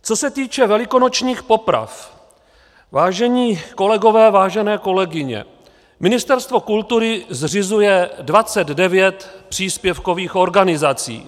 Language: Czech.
Co se týče velikonočních poprav, vážení kolegové, vážené kolegyně, Ministerstvo kultury zřizuje 29 příspěvkových organizací.